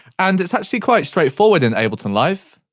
and it's actually quite straightforard in ableton live.